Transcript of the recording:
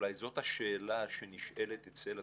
אולי זאת השאלה שנשאלת אצל התלמידים.